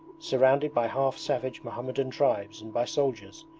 surrounded by half-savage mohammedan tribes and by soldiers,